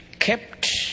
Kept